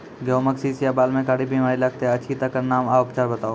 गेहूँमक शीश या बाल म कारी बीमारी लागतै अछि तकर नाम आ उपचार बताउ?